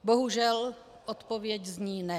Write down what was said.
Bohužel, odpověď zní ne.